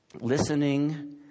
listening